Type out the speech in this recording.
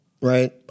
right